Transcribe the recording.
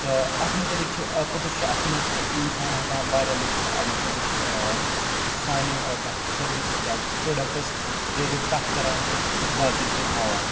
تہٕ اَتھ متعلق چھُ ٲں پوٚتُس چھُ اَتھ منٛز اِنسان ہیٚکان واریاہ لوٗکھ چھِ اَمہِ پوٚتُس ٲں سانہِ ٲں تَتھ سٔروِس یا پروڈَکٹَس رلیٹِڈ کَتھ کَران تہٕ بہٕ چھُس باقیَن کُن ہاوان